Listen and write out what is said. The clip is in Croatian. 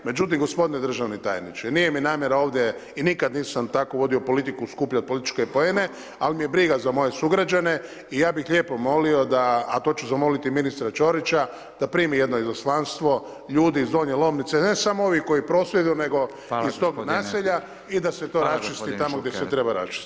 Međutim, gospodine državni tajniče, nije mi namjera ovdje i nikad nisam tako vodio politiku, skupljao političke poene, ali me je briga za moje sugrađane i ja bi lijepo molio, a to ću zamoliti i ministra Ćorića, da primi jedno izaslanstvo, ljudi iz Donje Lomnice, ne samo ovi koji prosvjeduju, nego iz tog naselja i da se to raščisti tamo gdje se treba raščistiti.